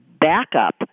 backup